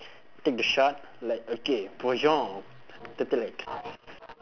take the shot like okay turtle eggs